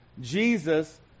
Jesus